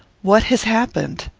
what has happened?